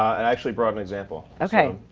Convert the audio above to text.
i actually brought an example. okay.